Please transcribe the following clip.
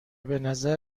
بنظر